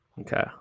Okay